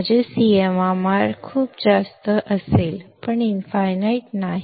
माझे CMRR खूप जास्त असेल पण इनफाईनाईट नाही